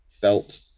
felt